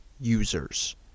users